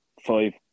five